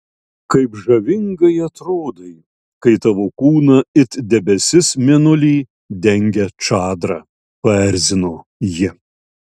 kaip žavingai atrodai kai tavo kūną it debesis mėnulį dengia čadra paerzino ji